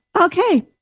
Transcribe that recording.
Okay